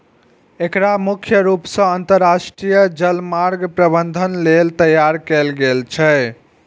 एकरा मुख्य रूप सं अंतरराष्ट्रीय जलमार्ग प्रबंधन लेल तैयार कैल गेल छै